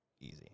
easy